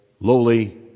lowly